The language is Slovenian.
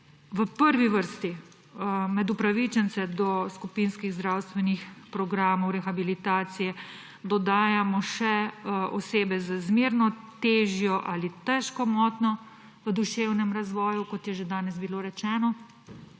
v prvi vrsti med upravičence do skupinskih zdravstvenih programov rehabilitacije dodajamo še osebe z zmerno, težjo ali težko motnjo v duševnem razvoju, kot je bilo danes že rečeno.